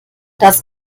das